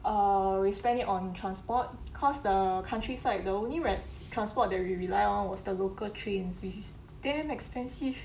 uh we spend it on transport cause the countryside the only transport that we rely on was the local trains which is damn expensive